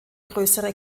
größere